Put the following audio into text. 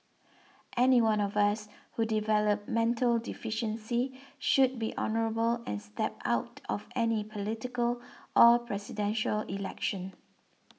anyone of us who develop mental deficiency should be honourable and step out of any political or Presidential Election